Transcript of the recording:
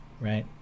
right